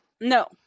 No